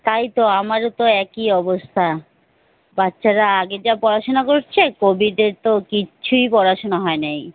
তাই তো আমারও তো একই অবস্থা বাচ্চারা আগে যা পড়াশুনা করেছে কোভিডে তো কিছুই পড়াশুনা হয়নি